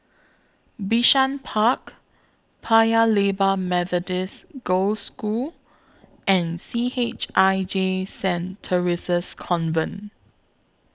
Bishan Park Paya Lebar Methodist Girls' School and C H I J Saint Theresa's Convent